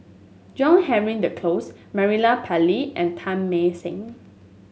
John Henry Duclos Murali Pillai and Teng Mah Seng